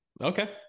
okay